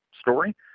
story